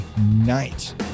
night